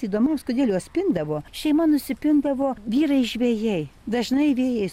įdomaus kodėl juos pindavo šeima nusipindavo vyrai žvejai dažnai vėjai